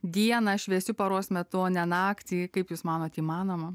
dieną šviesiu paros metu o ne naktį kaip jūs manot įmanoma